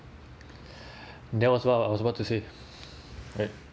that was what I supposed about to say right